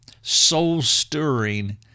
soul-stirring